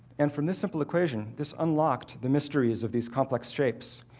and from this simple equation, this unlocked the mysteries of these complex shapes.